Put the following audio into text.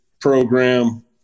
program